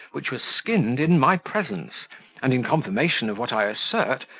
which was skinned in my presence and, in confirmation of what i assert,